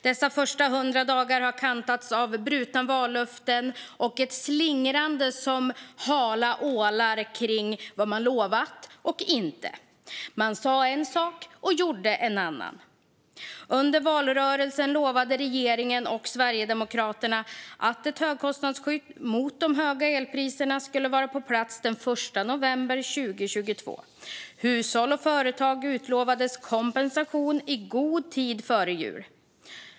Dessa första 100 dagar har kantats av brutna vallöften och ett slingrande som hala ålar kring vad man lovat och inte. Man sa en sak och gjorde en annan. Under valrörelsen lovade regeringen och Sverigedemokraterna att ett högkostnadsskydd mot de höga elpriserna skulle vara på plats den 1 november 2022. Hushåll och företag utlovades kompensation i god tid före jul.